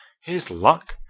here's luck!